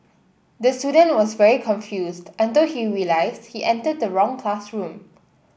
the student was very confused until he realised he entered the wrong classroom